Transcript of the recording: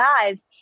guys